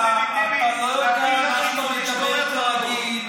בית מטבחיים פרימיטיבי.